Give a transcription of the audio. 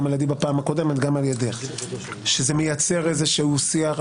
גם על ידי בפעם הקודמת וגם על-ידך שזה מייצר איזשהו שיח.